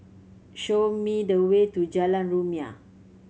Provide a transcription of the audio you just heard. show me the way to Jalan Rumia